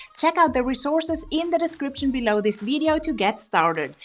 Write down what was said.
check out the resources in the description below this video to get started.